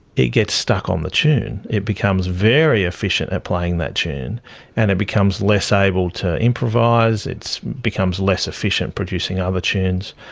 it gets stuck on the tune. it becomes very efficient at playing that tune and it becomes less able to improvise, it becomes less efficient producing ah other tunes.